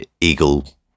Eagle